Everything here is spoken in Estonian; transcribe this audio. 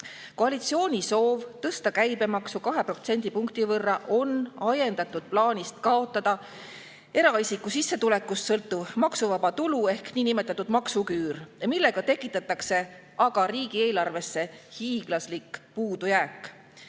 Koalitsiooni soov tõsta käibemaksu 2 protsendipunkti võrra on ajendatud plaanist kaotada eraisiku sissetulekust sõltuv maksuvaba tulu ehk niinimetatud maksuküür, millega tekitatakse aga riigieelarvesse hiiglaslik puudujääk.